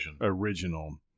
original